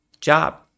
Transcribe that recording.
job